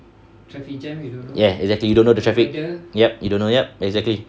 ya exactly you don't know the traffic yup you don't know yup exactly